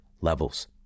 levels